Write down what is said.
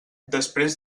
després